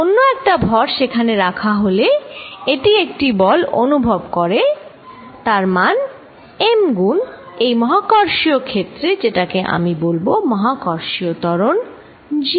অন্য একটা ভর সেখানে রাখা হলে এটি একটি বল অনুভব করে তার মান m গুন এই মহাকর্ষীয় ক্ষেত্র যেটাকে আমরা বলব মহাকর্ষীয় ত্বরণ g